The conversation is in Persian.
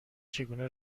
چگونه